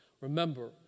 Remember